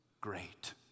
great